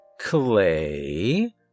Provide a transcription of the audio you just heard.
Clay